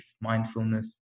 mindfulness